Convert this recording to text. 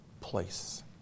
place